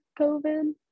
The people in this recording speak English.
COVID